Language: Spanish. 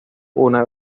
una